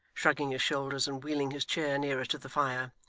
shrugging his shoulders and wheeling his chair nearer to the fire.